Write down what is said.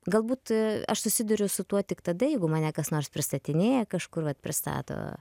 galbūt aš susiduriu su tuo tik tada jeigu mane kas nors pristatinėja kažkur vat pristato